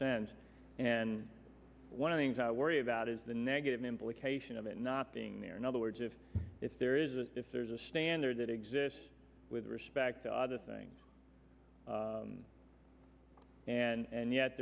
sense and one of the things i worry about is the negative implication of it not being there in other words if if there is a if there's a standard that exists with respect to other things and